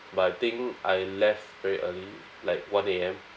but I think I left very early like one A_M